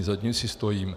Za tím si stojím.